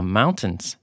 mountains